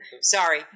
Sorry